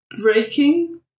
breaking